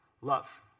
Love